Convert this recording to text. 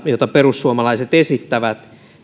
jota perussuomalaiset esittävät